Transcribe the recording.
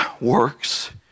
works